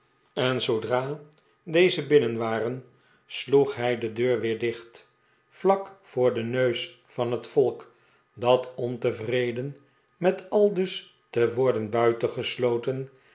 en zoodra deze binnen waren sloeg hij de deur weer dicht vlak voor den neus van het volk dat ontevreden met aldus te worden